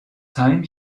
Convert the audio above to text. time